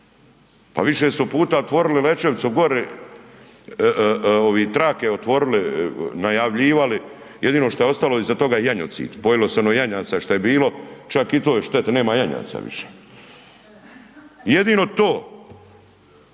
Pa više su puta otvorili Lečevicu gore, ove trake otvorile, najavljivali, jedino šta je ostalo je janjci, pojelo se ono janjaca šta je bilo, čak i to je šteta, nema janjaca više. Jedino to.